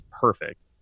perfect